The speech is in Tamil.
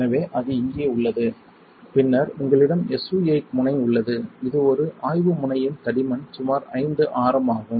எனவே அது இங்கே உள்ளது பின்னர் உங்களிடம் SU 8 முனை உள்ளது இது ஒரு ஆய்வு முனையின் தடிமன் சுமார் 5 ஆரம் ஆகும்